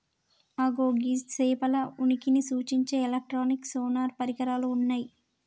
అగో గీ సేపల ఉనికిని సూచించే ఎలక్ట్రానిక్ సోనార్ పరికరాలు ఉన్నయ్యి